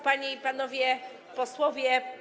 Panie i Panowie Posłowie!